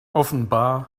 offenbar